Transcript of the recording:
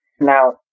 Now